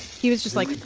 he was just, like,